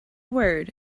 word